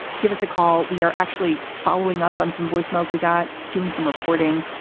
give us a call. we are actually following up on some voicemails we got doing some reporting.